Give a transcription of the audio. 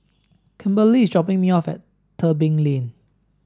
Kimberlie is dropping me off at Tebing Lane